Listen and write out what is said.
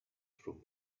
from